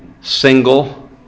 single